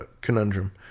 conundrum